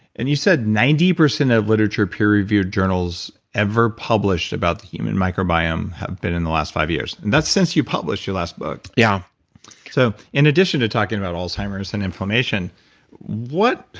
and you said ninety percent of literature peer-reviewed journals ever published about the human microbiome have been in the last five years. and that's since you published your last book yeah so in addition to talking about alzheimer's and inflammation what.